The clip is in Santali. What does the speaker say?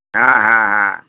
ᱦᱮᱸ ᱦᱮᱸ ᱦᱮᱸ